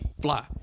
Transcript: fly